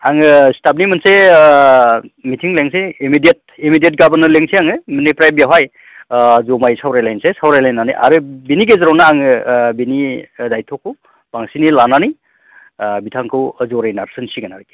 आङो स्टाफनि मोनसे मिथिं लिंनोसै इमिदियेट इमिदियेट गाबोननो लिंनोसै आङो बेनिफ्राय बेवहाय जमायै सावरायलायनोसै सावरायलायनानै आरो बिनि गेजेरावनो आङो बिनि दाइत्थ'खौ बांसिनै लानानै बिथांखौ जरै नारसिनसिगोन आरोखि